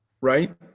right